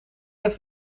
heeft